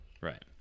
right